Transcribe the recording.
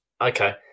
okay